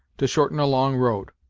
to shorten a long road.